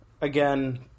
Again